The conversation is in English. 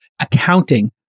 accounting